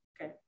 Okay